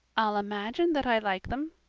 i'll imagine that i like them,